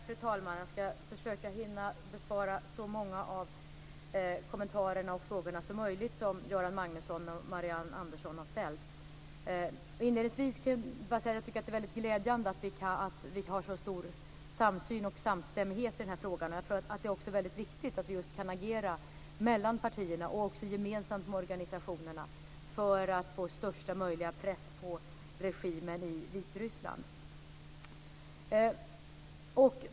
Fru talman! Jag ska försöka hinna besvara så många som möjligt av Göran Magnussons och Marianne Anderssons kommentarer och frågor. Inledningsvis vill jag bara säga att jag tycker att det väldigt glädjande att vi har en så stor samsyn och samstämmighet i den här frågan. Jag tror att det är väldigt viktigt att vi kan agera mellan partierna och även gemensamt med organisationerna för att få största möjliga press på regimen i Vitryssland.